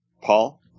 Paul